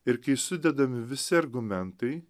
ir kai sudedami visi argumentai